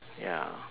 ya